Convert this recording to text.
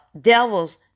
devils